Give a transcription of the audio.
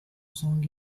song